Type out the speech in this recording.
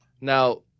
Now